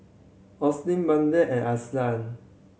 Bethann and Alyssia